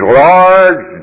large